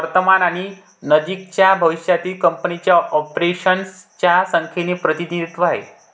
वर्तमान आणि नजीकच्या भविष्यातील कंपनीच्या ऑपरेशन्स च्या संख्येचे प्रतिनिधित्व आहे